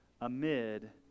amid